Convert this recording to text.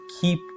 keep